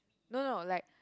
no no like